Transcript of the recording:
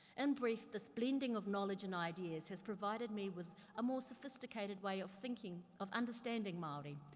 and brief this blending of knowledge and ideas has provided me with a more sphisticated way of thinking, of understanding maori.